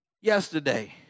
yesterday